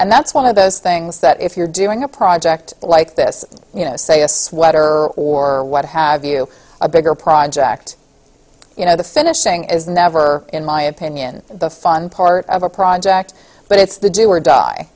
and that's one of those things that if you're doing a project like this you know say a sweater or what have you a bigger project you know the finishing is never in my opinion the fun part of a project but it's the do or die